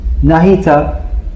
nahita